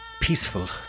peaceful